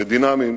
ודינמי,